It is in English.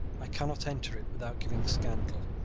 i cannot enter it without giving scandal.